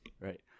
Right